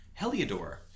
Heliodor